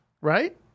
Right